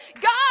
God